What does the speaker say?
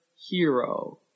hero